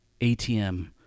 atm